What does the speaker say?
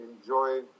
enjoy